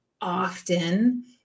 often